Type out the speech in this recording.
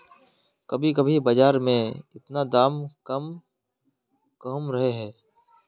कभी कभी बाजार में इतना दाम कम कहुम रहे है?